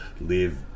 live